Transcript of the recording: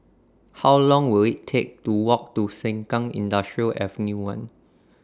How Long Will IT Take to Walk to Sengkang Industrial Ave one